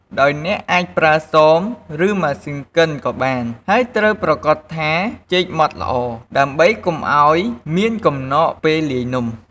ដោយអ្នកអាចប្រើសម រឺម៉ាស៊ីនកិនក៏បាន ហើយត្រូវប្រាកដថាចេកម៉ដ្ឋល្អ ដើម្បីកុំឲ្យមានកំណកពេលលាយនំ។